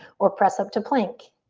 or press up to plank.